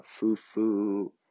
fufu